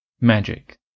Magic